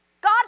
God